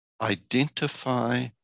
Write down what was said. identify